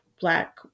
black